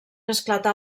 esclatar